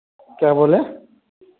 क्या बोले